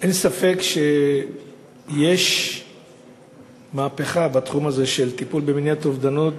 אין ספק שיש מהפכה בתחום הזה של טיפול במניעת אובדנות,